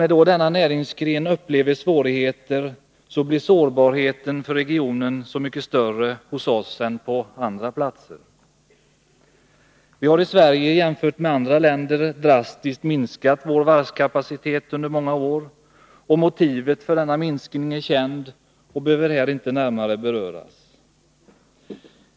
När då denna näringsgren upplever svårigheter blir sårbarheten för regionen så mycket större hos oss än på andra platser. Vi har i Sverige jämfört med andra länder drastiskt minskat vår varvskapacitet under många år. Motivet för denna minskning är känt och behöver inte närmare beröras här.